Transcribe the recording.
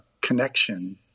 connection